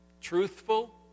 Truthful